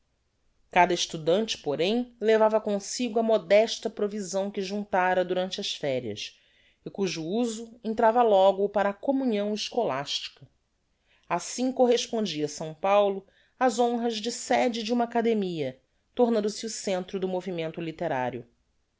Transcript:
cada estudante porem levava comsigo a modesta provisão que juntara durante as ferias e cujo uso entrava logo para a communhão escolastica assim correspondia s paulo ás honras de sede de uma academia tornando-se o centro do movimento litterario